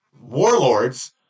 warlords